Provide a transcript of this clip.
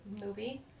movie